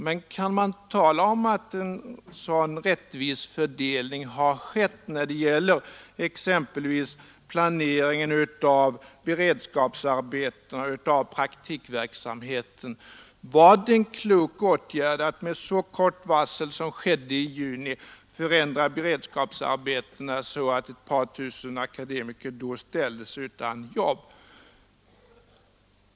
Men kan man tala om att en sådan rättvis fördelning har skett när det gäller exempelvis planeringen av beredskapsarbetena och av praktikverksamheten? Var det en klok åtgärd att med så kort varsel som skedde i juni förändra beredskapsarbetena så att ett par tusen akademiker då ställdes utan jobb?